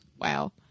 Wow